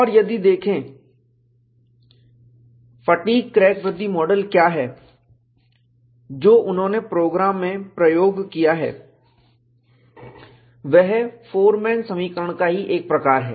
और यदि आप देखें फटीग क्रैक वृद्धि मॉडल क्या है जो उन्होंने प्रोग्राम में प्रयोग किया है वह फोरमैन समीकरण का ही एक प्रकार है